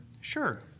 Sure